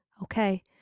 okay